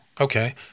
Okay